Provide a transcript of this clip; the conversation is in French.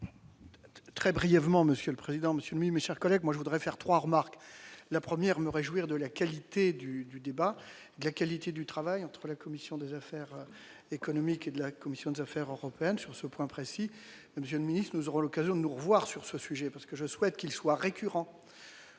Très brièvement, Monsieur le Président Monsieur Mimi, chers collègues, moi, je voudrais faire 3 remarques : la première, me réjouir de la qualité du débat de la qualité du travail entre la commission des affaires économiques et de la commission des Affaires européennes sur ce point précis d'une milice, nous aurons l'occasion de nous revoir sur ce sujet parce que je souhaite qu'il soit récurrent,